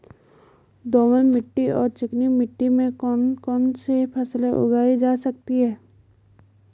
दोमट मिट्टी और चिकनी मिट्टी में कौन कौन सी फसलें उगाई जा सकती हैं?